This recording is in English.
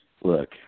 Look